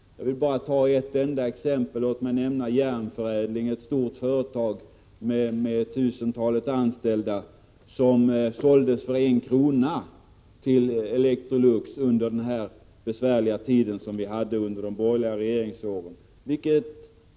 Jag vill bara ta ett enda exempel. Låt mig nämna Järnförädling, ett stort företag med tusentalet anställda, som såldes för 1 kr. till Electrolux under den besvärliga tid som vi hade under de borgerliga regeringsåren.